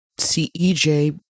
CEJ